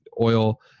oil